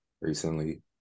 recently